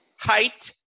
height